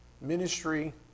ministry